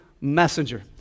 messenger